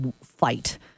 fight